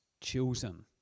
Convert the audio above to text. chosen